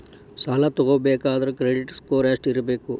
ಸಾಲ ತಗೋಬೇಕಂದ್ರ credit score ಎಷ್ಟ ಇರಬೇಕ್ರಿ?